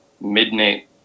midnight